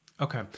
Okay